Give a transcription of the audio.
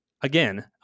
again